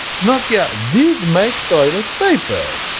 nokia did make toilet paper!